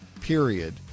period